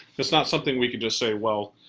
it's not something we could just say well.